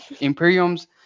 Imperium's